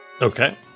okay